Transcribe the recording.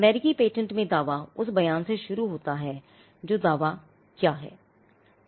अमेरिकी पेटेंट में दावा उस बयान से शुरू होता है जो दावा क्या है